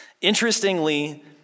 Interestingly